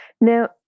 Now